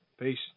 Peace